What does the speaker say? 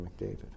McDavid